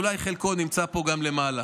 אולי חלקו נמצא פה גם למעלה.